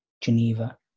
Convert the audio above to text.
Geneva